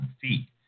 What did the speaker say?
feet